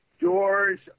doors